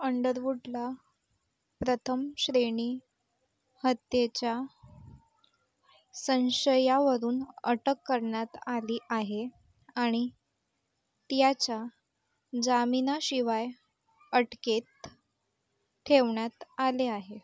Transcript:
अंडरवुडला प्रथम श्रेणी हत्येच्या संशयावरून अटक करण्यात आली आहे आणि त्याचा जामिनाशिवाय अटकेत ठेवण्यात आले आहे